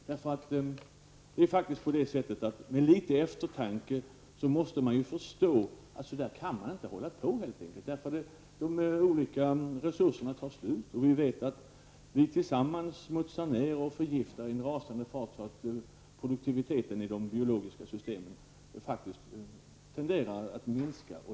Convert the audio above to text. Med litet eftertanke måste man förstå att man helt enkelt inte kan hålla på så. De olika resurserna tar slut. Tillsammans smutsar vi ned och förgiftar i en så rasande fart att produktiviteten i de biologiska systemen faktiskt tenderar att minska.